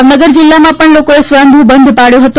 ભાવનગર જિલ્લામાં પણ લોકોએ સ્વયંભૂ બંધ પાળવ્યો હતો